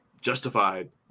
justified